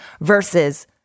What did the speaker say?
versus